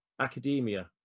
academia